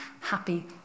Happy